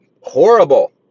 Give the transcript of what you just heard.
horrible